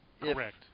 Correct